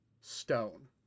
stone